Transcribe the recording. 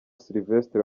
sylivestre